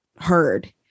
heard